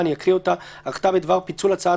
אני אקרא את ההחלטה: החלטה בדבר פיצול הצעת